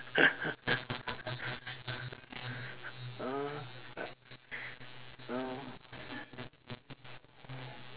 mm mm